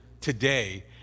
today